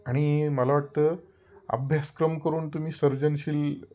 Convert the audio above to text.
आणि मला वाटतं अभ्यासक्रम करून तुम्ही सर्जनशील